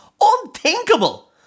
Unthinkable